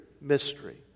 mystery